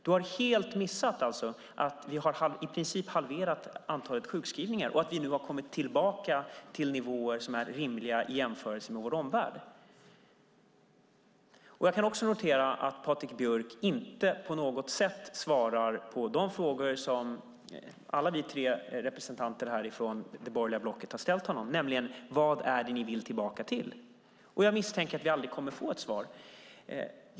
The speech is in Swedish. Du har helt missat att vi i princip har halverat antalet sjukskrivningar och att vi nu har kommit tillbaka till nivåer som är rimliga i jämförelse med vår omvärld. Jag kan också notera att Patrik Björck inte på något sätt svarar på de frågor som alla vi tre representanter från det borgerliga blocket har ställt till honom, nämligen: Vad är det ni vill tillbaka till? Jag misstänker att vi aldrig kommer att få ett svar.